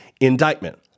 indictment